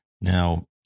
Now